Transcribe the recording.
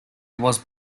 was